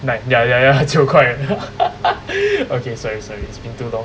like ya ya ya 九块 okay sorry sorry it's been too long